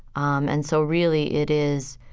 um and so, really, it is,